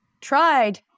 tried